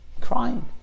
Crying